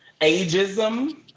ageism